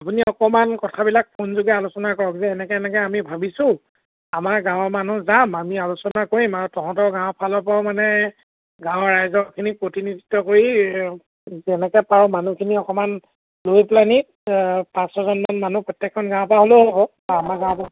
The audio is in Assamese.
আপুনি অকণমান কথাবিলাক ফোনযোগে আলোচনা কৰক যে এনেকৈ এনেকৈ আমি ভাবিছোঁ আমাৰ গাঁৱৰ মানুহ যাম আমি আলোচনা কৰিম আৰু তহঁতৰ গাঁৱৰ ফালৰ পৰাও মানে গাঁৱৰ ৰাইজৰখিনি প্ৰতিনিধিত্ব কৰি যেনেকৈ পাৰো মানুহখিনি অকণমান লৈ পেলাই নি পাঁচ ছয়জনমান মানুহ প্ৰত্যেকখন গাঁৱৰ পৰা হ'লেও হ'ব বা আমাৰ গাঁৱৰ পৰা